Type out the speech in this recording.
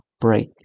break